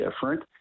different